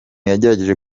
yagerageje